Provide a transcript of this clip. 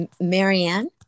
Marianne